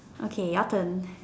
okay your turn